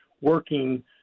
working